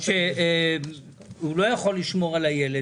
לשמור על הילד.